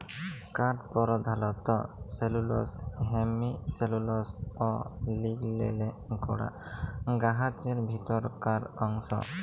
কাঠ পরধালত cellulose, hemicellulose অ লিগলিলে গড়া গাহাচের ভিতরকার অংশ